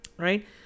Right